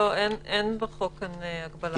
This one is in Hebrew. לא, אין בחוק כאן הגבלה.